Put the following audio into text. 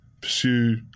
pursue